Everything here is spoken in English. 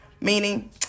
Meaning